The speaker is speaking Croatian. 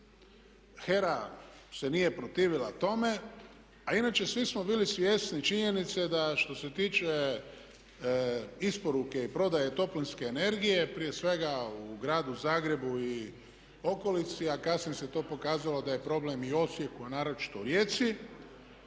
HERA se nije protivila tome a inače svi smo bili svjesni činjenice da što se tiče isporuke i prodaje toplinske energije prije svega u gradu Zagrebu i okolici a kasnije se to pokazalo da je problem i u Osijeku a naročito u Rijeci,